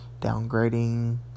downgrading